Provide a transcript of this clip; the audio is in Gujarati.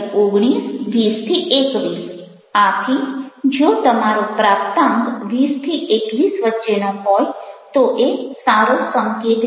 આથી જો તમારો પ્રાપ્તાંક 20 21 વચ્ચેનો હોય તો એ સારો સંકેત છે